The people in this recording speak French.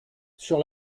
sur